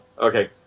okay